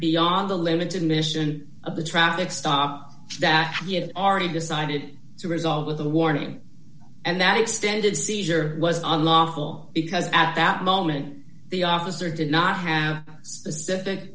beyond the limited mission of the traffic stop that he had already decided to result with a warning and that extended seizure was unlawful because at that moment the officer did not have specific